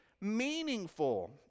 meaningful